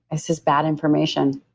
that's just bad information.